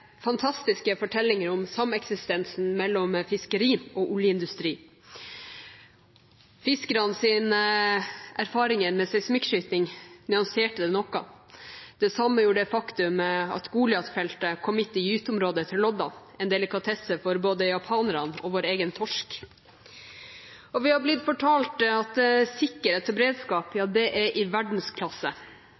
fantastiske fortellinger om sameksistensen mellom fiskeri og oljeindustri. Fiskernes erfaring med seismikkskyting nyanserte det noe. Det samme gjorde det faktum at Goliat-feltet kom midt i gyteområdet til lodda, en delikatesse for både japanerne og vår egen torsk. Og vi har blitt fortalt at sikkerhet og beredskap er i verdensklasse.